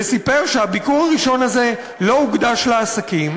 וסיפר שהביקור הראשון הזה לא הוקדש לעסקים,